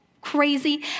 crazy